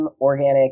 organic